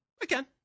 Again